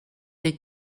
den